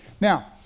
Now